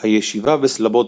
הישיבה בסלובודקה